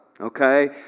Okay